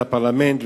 לפרלמנט,